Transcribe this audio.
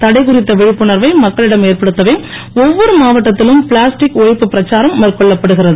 தடை குறித்த விழிப்புணர்வை மக்களிடம் ஏற்படுத்தவே ஒவ்வொரு மாவட்டத்திலும் பிளாஸ்டிக் ஒழிப்பு பிரச்சாரம் மேற்கொள்ளப்படுகிறது